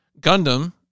Gundam